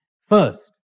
First